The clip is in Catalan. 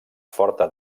forta